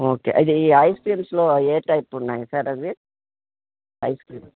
okay అది ఈ ఐస్క్రీమ్స్లో ఏ టైపు ఉన్నాయి సార్ అది ఐస్క్రీమ్